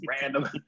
random